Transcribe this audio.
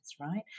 right